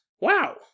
wow